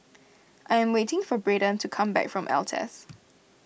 I am waiting for Brayden to come back from Altez